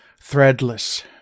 threadless